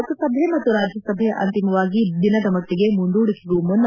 ಲೋಕಸಭೆ ಹಾಗೂ ರಾಜ್ಯಸಭೆ ಅಂತಿಮವಾಗಿ ದಿನದ ಮಟ್ಟಗೆ ಮುಂದೂಡಿಕೆಗೂ ಮುನ್ನ